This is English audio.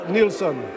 Nielsen